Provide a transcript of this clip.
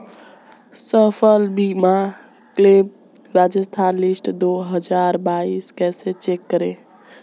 फसल बीमा claim Rajasthan list दो हज़ार बाईस कैसे चेक करें?